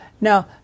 Now